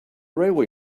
railway